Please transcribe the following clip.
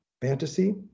fantasy